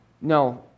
No